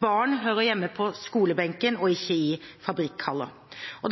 Barn hører hjemme på skolebenken og ikke i fabrikkhaller.